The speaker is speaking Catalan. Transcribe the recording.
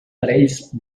parells